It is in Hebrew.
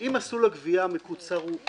אם מסלול הגבייה המקוצר הוא יעיל,